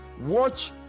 Watch